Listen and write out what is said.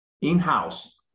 in-house